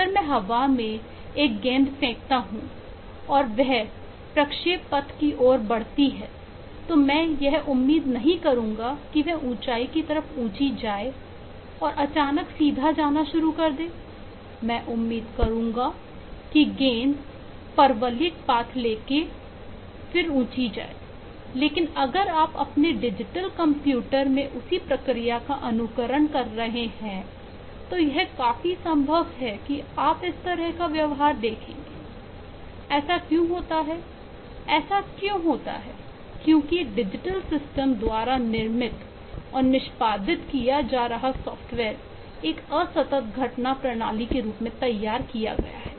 अगर मैं हवा में एक इंस्पेक्टर हूं और वह प्रक्षेप पथ की ओर बढ़ती है तो मै यह उम्मीद नहीं करूंगा कि वह ऊंचाई की तरफ ऊंची जाए और अचानक सीधा जाना शुरू करें मैं उम्मीद करूंगा कि गेंद परवलयिक पथ लेगी लेकिन अगर आप अपने डिजिटल कंप्यूटर द्वारा निर्मित और निष्पादित किया जा रहा सॉफ्टवेयर एक असतत घटना प्रणाली के रूप में तैयार किया गया है